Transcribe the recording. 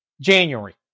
January